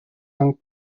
young